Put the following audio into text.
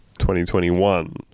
2021